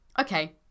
Okay